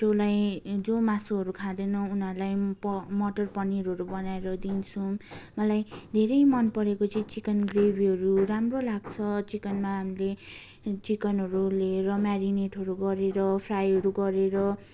जसलाई जो मासुहरू खाँदैनन् उनीहरूलाई प मटर पनिरहरू बनाएर दिन्छु मलाई धेरै मनपरेको चाहिँ चिकन ग्रेभीहरू राम्रो लाग्छ चिकनमा हामीले चिकनहरू लिएर मेरिनेटहरू गरेर फ्राइहरू गरेर